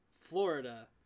Florida